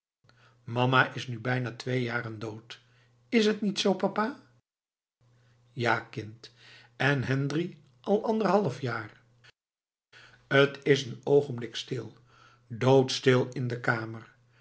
mama is nu al bijna twee jaren dood is t niet zoo papa ja kind en henri al anderhalf jaar t is een oogenblik stil doodstil in de kamer